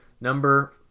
Number